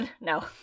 No